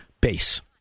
base